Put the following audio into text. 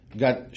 got